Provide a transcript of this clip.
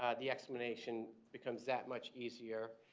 the explanation becomes that much easier.